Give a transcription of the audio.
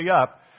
up